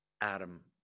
Adam